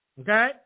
Okay